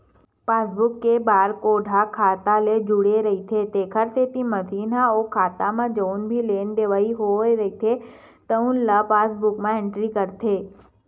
passbook के barcode ह खाता ले जुड़े रहिथे तेखर सेती मसीन ह ओ खाता म जउन भी लेवइ देवइ होए रहिथे तउन ल पासबूक म एंटरी करथे